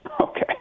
Okay